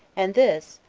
and this,